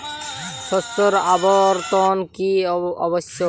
শস্যের আবর্তন কী আবশ্যক?